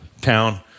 town